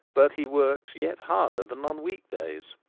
but he works yet harder than on week-days.